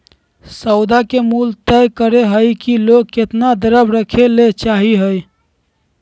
सौदा के मूल्य तय करय हइ कि लोग केतना द्रव्य रखय ले चाहइ हइ